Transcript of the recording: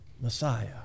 Messiah